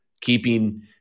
Keeping